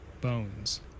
bones